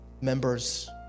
members